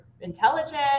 intelligent